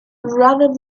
rather